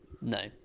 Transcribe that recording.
No